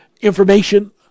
information